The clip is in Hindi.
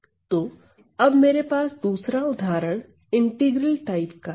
तो अब मेरे पास दूसरा उदाहरण इंटीग्रल टाइप का है